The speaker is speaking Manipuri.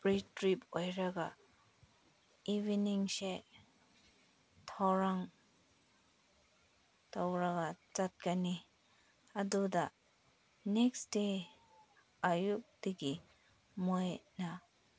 ꯄ꯭ꯔꯦ ꯇꯤꯞ ꯑꯣꯏꯔꯒ ꯏꯚꯤꯅꯤꯡꯁꯦ ꯊꯧꯔꯥꯡ ꯇꯧꯔꯒ ꯆꯠꯀꯅꯤ ꯑꯗꯨꯗ ꯅꯦꯛꯁ ꯗꯦ ꯑꯌꯨꯛꯇꯒꯤ ꯃꯣꯏꯅ